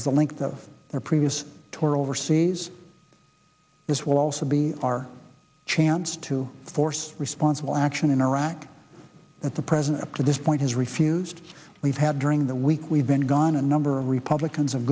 as the link that their previous tour overseas is will also be our chance to force responsible action in iraq at the present up to this point has refused we've had during the week we've been gone a number of republicans of